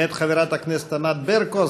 מאת חברת הכנסת ענת ברקו.